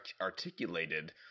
articulated